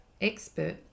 expert